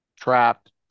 trapped